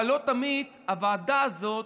אבל לא תמיד הוועדה הזאת,